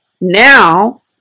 now